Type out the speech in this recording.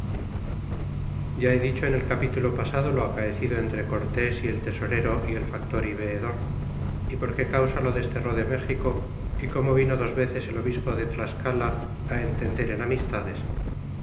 ya he dicho en el capitulo pasado lo acaecido entre cortés y el tesorero y el factor y veedor é por que causa lo desterró de méxico y como vino dos veces el obispo de tlascala entender en amistades